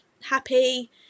happy